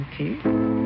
Okay